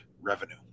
revenue